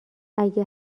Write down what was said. اگه